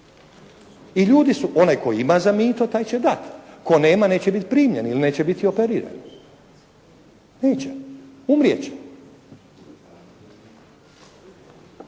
I ljudi su, onaj tko ima za mito taj će dat, tko nema neće biti primljen ili neće biti operiran. Neće, umrijet će.